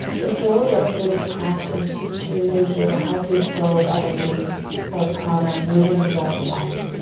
the goal of today's practice is to really get a healthy flow of energy or prana moving throughout the body.